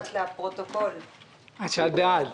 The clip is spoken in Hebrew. אפשר לפתוח, בבקשה?